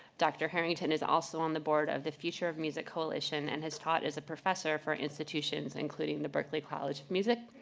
dr. harrington is also on the board of the future of music coalition, and has taught as a professor for institutions including the berkeley college of music,